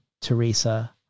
Teresa